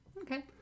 Okay